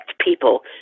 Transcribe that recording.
people